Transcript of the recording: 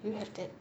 do you have that